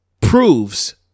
proves